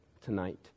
tonight